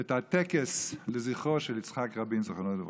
את הטקס לזכרו של יצחק רבין, זיכרונו לברכה,